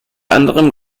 anderem